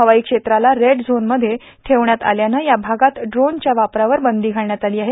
हवाई क्षेत्राला रेड झोनमध्ये ठेवण्यात आल्यानं या भागात ड्रोनच्या वापरांवर बंदी घालण्यात आली आहे